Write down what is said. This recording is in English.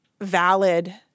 valid